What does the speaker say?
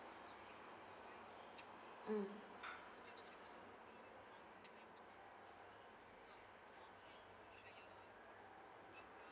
mm